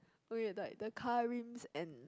we are like the car rims and